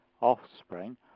offspring